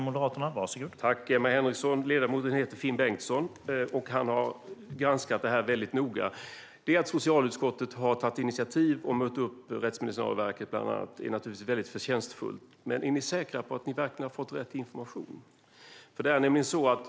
Herr talman! Ledamoten heter Finn Bengtsson, och han har granskat frågan noga. Det att socialutskottet har tagit initiativ till att ta upp frågan om Rättsmedicinalverket är naturligtvis förtjänstfullt. Men är ni säkra på att ni verkligen har fått rätt information?